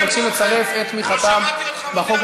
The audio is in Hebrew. מבקשים לצרף את תמיכתם בחוק,